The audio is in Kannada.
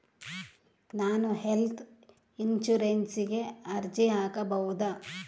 ನಾನು ಹೆಲ್ತ್ ಇನ್ಶೂರೆನ್ಸಿಗೆ ಅರ್ಜಿ ಹಾಕಬಹುದಾ?